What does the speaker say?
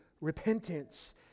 repentance